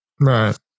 Right